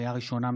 לקריאה ראשונה,